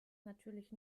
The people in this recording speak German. natürlich